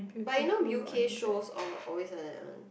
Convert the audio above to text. but you know u_k shows all always like that one